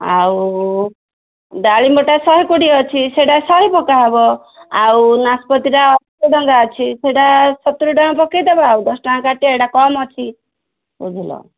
ଆଉ ଡାଳିମ୍ବଟା ଶହେ କୋଡ଼ିଏ ଅଛି ସେଇଟା ଶହେ ପକାହବ ଆଉ ନାସପାତିଟା ଅଶି ଟଙ୍କା ଅଛି ସେଇଟା ସତୁରୀ ଟଙ୍କା ପକାଇଦବା ଆଉ ଦଶ ଟଙ୍କା କାଟିବା ଏଇଟା କମ୍ ଅଛି ବୁଝିଲ